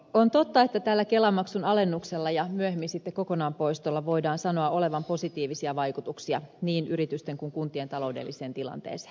on totta että tällä kelamaksun alennuksella ja myöhemmin sitten kokonaan poistolla voidaan sanoa olevan positiivisia vaikutuksia niin yritysten kuin kuntien taloudelliseen tilanteeseen